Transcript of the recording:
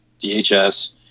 DHS